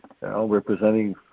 representing